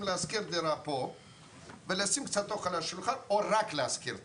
לשכור דירה פה בישראל ולשים קצת אוכל על השולחן או רק לשכור דירה.